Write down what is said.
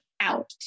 out